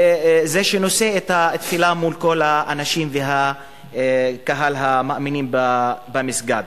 זה שנושא את התפילה מול כל האנשים וקהל המאמינים במסגד.